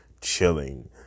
chilling